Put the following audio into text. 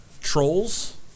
Trolls